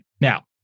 Now